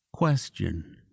Question